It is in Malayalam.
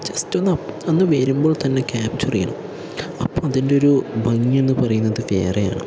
ജസ്റ്റ് ഒന്ന് അന്ന് വരുമ്പോൾ തന്നെ ക്യാപ്ചർ ചെയ്യണം അപ്പോൾ അതിൻ്റെ ഒരു ഭംഗി എന്ന് പറയുന്നത് വേറെയാണ്